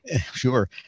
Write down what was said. Sure